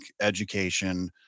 education